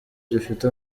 gifite